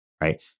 right